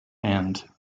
end